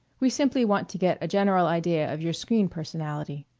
we simply want to get a general idea of your screen personality.